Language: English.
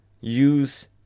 use